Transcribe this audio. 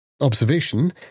observation